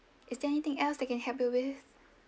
is there anything else that can help you with